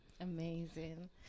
amazing